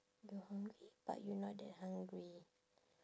the hungry but you not that hungry